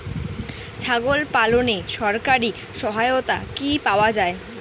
ছাগল পালনে সরকারি সহায়তা কি পাওয়া যায়?